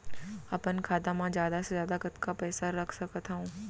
अपन खाता मा जादा से जादा कतका पइसा रख सकत हव?